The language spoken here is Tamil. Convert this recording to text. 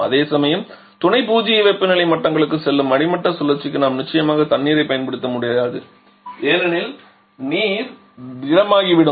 அதேசமயம் துணை பூஜ்ஜிய வெப்பநிலை மட்டங்களுக்குச் செல்லும் அடிமட்ட சுழற்சிக்கு நாம் நிச்சயமாக தண்ணீரைப் பயன்படுத்த முடியாது ஏனெனில் நீர் திடமாகிவிடும்